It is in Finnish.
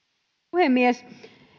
puhemies